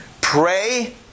pray